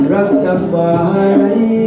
Rastafari